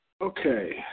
okay